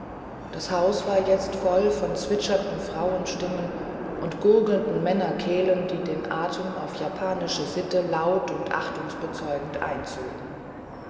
das haus war jetzt voll von zwitschernden frauenstimmen und gurgelnden männerkehlen die den atem auf japanische sitte laut und achtungbezeugend einzogen